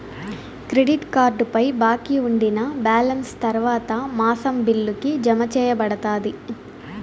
credit కార్డుపై బాకీ ఉండినా బాలెన్స్ తర్వాత మాసం బిల్లుకి, జతచేయబడతాది